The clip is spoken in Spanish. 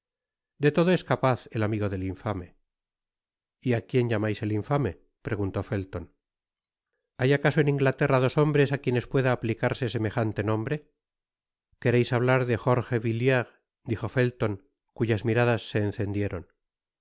de todo es capaz el amigo del infame y á quién llamais el infame preguntó felton hay acaso en inglaterra dos hombres á quienes pueda aplicarse semejante nombre quereis hablar de jorge villiers dijo felton cuyas miradas se encendieron